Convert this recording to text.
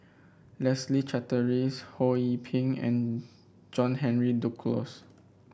Leslie Charteris Ho Yee Ping and John Henry Duclos